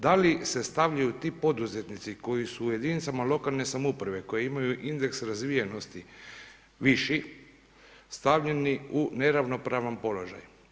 Da li se stavljaju ti poduzetnici koji su u jedinicama lokalne samouprave koji imaju indeks razvijenosti viši, stavljeni u neravnopravni položaj.